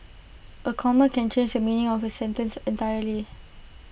A comma can change the meaning of A sentence entirely